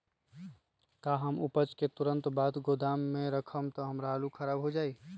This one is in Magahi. का हम उपज के तुरंत बाद गोदाम में रखम त हमार आलू खराब हो जाइ?